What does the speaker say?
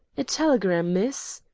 a telegram, miss,